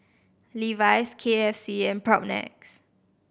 Levi's K F C and Propnex